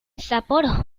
sapporo